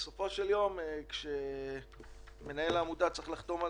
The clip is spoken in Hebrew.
בסופו של יום כשמנהל העמותה צריך לחתום על